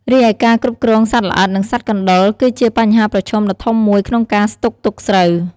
រីឯការគ្រប់គ្រងសត្វល្អិត និងសត្វកណ្ដុរ គឺជាបញ្ហាប្រឈមដ៏ធំមួយក្នុងការស្តុកទុកស្រូវ។